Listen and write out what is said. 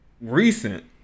Recent